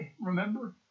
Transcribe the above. remember